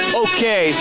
okay